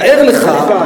תאר לך,